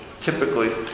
typically